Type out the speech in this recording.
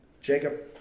Jacob